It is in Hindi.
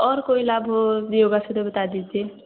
और कोई लाभ हो योग से तो बता दीजिए